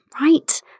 right